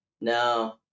No